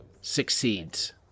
succeeds